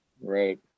Right